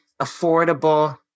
affordable